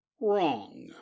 wrong